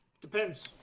Depends